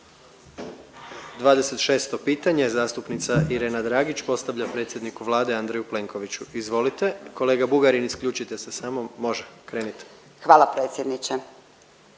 26. pitanje, zastupnica Irena Dragić postavlja predsjedniku Vlade Andreju Plenkoviću, izvolite. Kolega Bugarin, isključite se samo. Može. Krenite. **Dragić, Irena